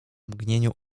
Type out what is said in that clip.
mgnieniu